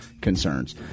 concerns